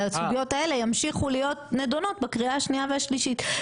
והסוגיות האלה ימשיכו להיות נדונות בקריאה השנייה והשלישית.